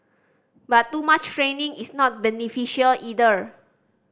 but too much training is not beneficial either